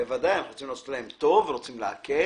בוודאי אנחנו רוצים לעשות להם טוב ורוצים להקל.